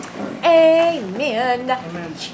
Amen